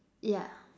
yeah